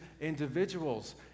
individuals